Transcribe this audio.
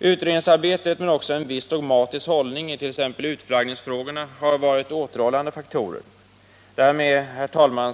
Utredningsarbetet men också en viss dogmatisk låsning, t.ex. i utflaggningsfrågor, har varit återhållande faktorer. Därmed